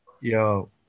Yo